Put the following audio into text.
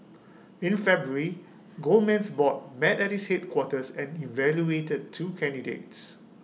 in February Goldman's board met at its headquarters and evaluated two candidates